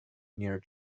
near